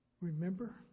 remember